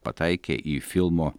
pataikė į filmo